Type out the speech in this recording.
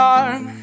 arm